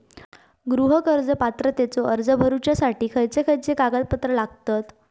गृह कर्ज पात्रतेचो अर्ज भरुच्यासाठी खयचे खयचे कागदपत्र लागतत?